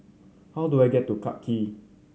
how do I get to Clarke Quay